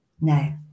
No